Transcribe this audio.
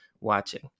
watching